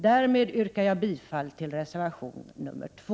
Därmed yrkar jag bifall till reservation 2.